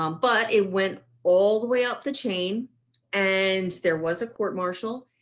um but it went all the way up the chain and there was a court martial.